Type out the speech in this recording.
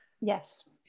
yes